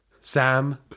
Sam